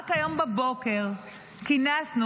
רק היום בבוקר כינסנו,